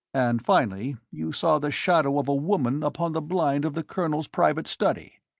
and finally you saw the shadow of a woman upon the blind of the colonel's private study.